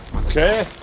okay,